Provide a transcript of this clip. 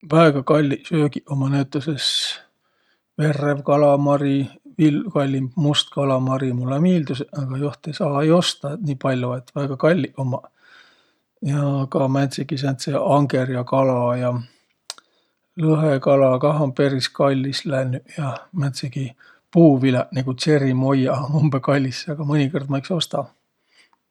Väega kalliq söögiq ummaq näütüses verrev kalamari, viil kallimb must kalamari. Mullõ miildüseq, aga joht ei saa-ai osta, et nii pall'o, et väega kalliq ommaq. Ja ka määntsegiq sääntseq angõrjakala ja, lõhekala kah um peris kallis lännüq ja, määntsegiq puuviläq, nigu tserimoia ummaq umbõ kallis, a mõnikõrd ma iks osta.